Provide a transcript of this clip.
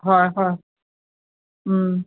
হয় হয়